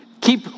keep